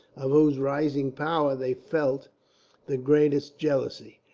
of whose rising power they felt the greatest jealousy.